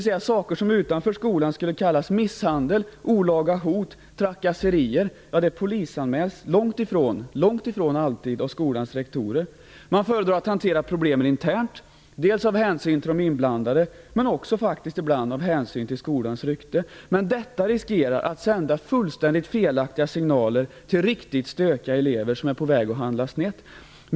Sådant som utanför skolan skulle kallas misshandel, olaga hot och trakasserier polisanmäls långtifrån alltid av skolans rektorer. Man föredrar att hantera problemen internt av hänsyn till de inblandade och ibland faktiskt också av hänsyn till skolans rykte. Detta riskerar att sända fullständigt felaktiga signaler till riktigt stökiga elever som är på väg att hamna snett.